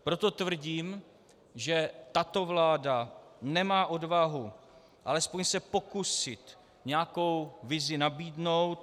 Proto tvrdím, že tato vláda nemá odvahu alespoň se pokusit nějakou vizi nabídnout.